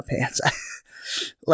pants